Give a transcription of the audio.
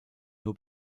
nur